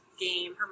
game